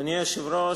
אדוני היושב-ראש,